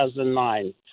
2009